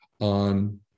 on